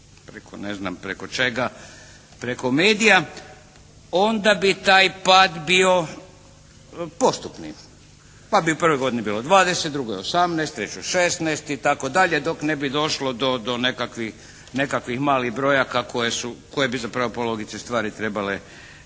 preko ne znam čega, preko medija onda bi taj pad bio postupni. Pa bi u prvoj godini bilo 20, u drugoj 18, trećoj 16 itd. dok ne bi došlo do nekakvih malih brojaka koje bi zapravo po logici stvari trebale stajati.